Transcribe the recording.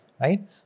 Right